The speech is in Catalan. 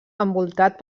envoltat